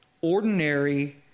ordinary